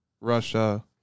Russia